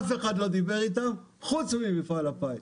אף אחד לא דיבר איתם חוץ ממפעל הפיס.